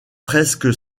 presque